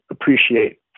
appreciate